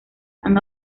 han